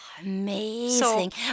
amazing